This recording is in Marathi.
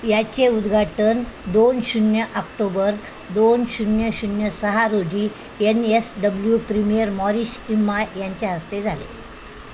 याचे उद्घाटन दोन शून्य आक्टोबर दोन शून्य शून्य सहा रोजी N S W premier Morris Iemma यांच्या हस्ते झाले